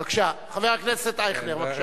חבר הכנסת אייכלר, בבקשה.